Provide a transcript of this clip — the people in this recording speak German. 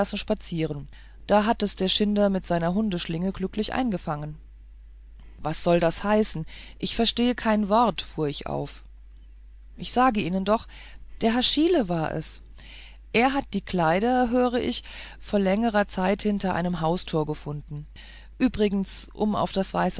spazieren und da hat es der schinder mit einer hundeschlinge glücklich eingefangen was soll das heißen ich verstehe kein wort fuhr ich auf ich sage ihnen doch der haschile war es er hat die kleider höre ich vor längerer zeit hinter einem haustor gefunden übrigens um auf das